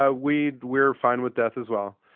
ah we're we're fine with death as well.